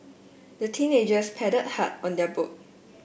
the teenagers paddled hard on their boat